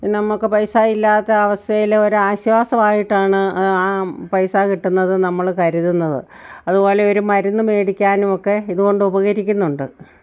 നമുക്ക് പൈസ ഇല്ലാത്ത അവസ്ഥയിൽ ഒരു ആശ്വാസമായിട്ടാണ് ആ പൈസ കിട്ടുന്നത് നമ്മൾ കരുതുന്നത് അതുപോലെ ഒരു മരുന്ന് മേടിക്കാനുമൊക്കെ ഇതുകൊണ്ട് ഉപകരിക്കുന്നുണ്ട്